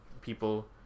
people